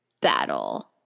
battle